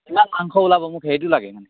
কিমান মাংস ওলাব মোক সেইটো লাগে